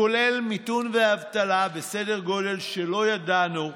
הכולל מיתון ואבטלה בסדר גודל שלא ידענו,